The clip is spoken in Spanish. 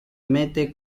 mete